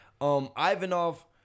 Ivanov